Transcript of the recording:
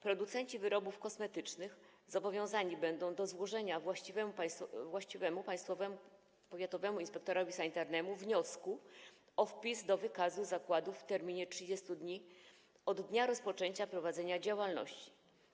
Producenci wyrobów kosmetycznych zobowiązani będą do złożenia właściwemu państwowemu powiatowemu inspektorowi sanitarnemu wniosku o wpis do wykazu zakładów w terminie 30 dni od dnia rozpoczęcia prowadzenia działalności.